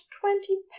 twenty